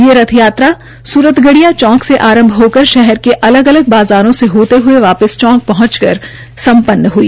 ये रथ यात्रा सूरतग्रिया चौक से आरंभ होकर शहर के अलग अलग बाज़ारों से होते ह्ये वापिस पहुंचक कर सम्पन्न हुई